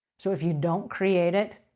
so, if you don't create it,